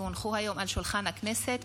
כי הונחו היום על שולחן הכנסת,